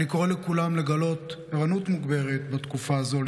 אני קורא לכולם לגלות ערנות מוגברת בתקופה הזו,